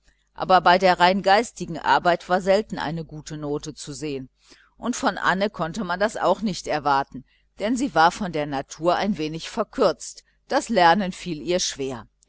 aber bei der rein geistigen arbeit war selten eine gute note zu sehen und von anne konnte man das auch nicht erwarten denn sie war von der natur ein wenig verkürzt das lernen fiel ihr schwer